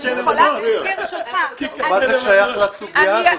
מה זה שייך לסוגיה.